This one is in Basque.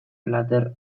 plater